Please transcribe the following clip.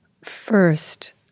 First